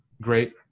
Great